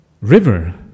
river